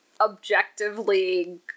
Objectively